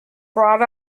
brought